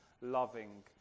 loving